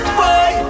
boy